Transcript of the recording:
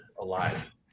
alive